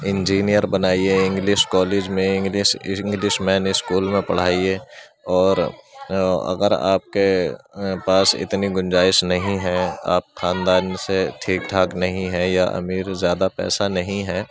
engineer بنائیے English college میں English English مین اسکول میں پڑھائیے اور اگر آپ کے پاس اتنی گنجائش نہیں ہے آپ خاندان سے ٹھیک ٹھاک نہیں ہیں یا امیر زیادہ پیسہ نہیں ہے